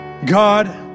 God